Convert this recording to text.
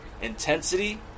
intensity